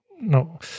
no